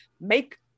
make